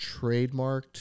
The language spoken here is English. trademarked